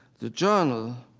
the journal